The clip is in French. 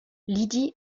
lydie